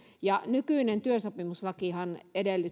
nykyinen työsopimuslakihan